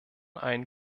einen